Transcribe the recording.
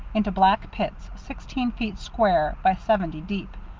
into black pits, sixteen feet square by seventy deep,